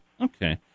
okay